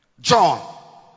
John